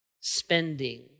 spending